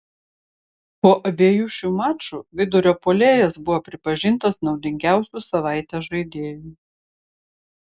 po abiejų šių mačų vidurio puolėjas buvo pripažintas naudingiausiu savaitės žaidėju